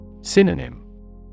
Synonym